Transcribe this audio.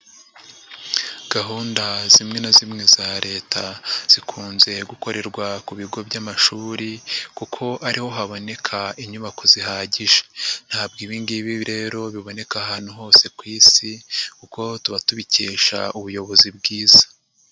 Gahunda zimwe na zimwe za leta zikunze gukorerwa ku bigo by'amashuri, kuko ariho haboneka inyubako zihagije. Ntabwo ibi ngibi rero biboneka ahantu hose ku isi kuko tuba tubikesha ubuyobozi bwiza.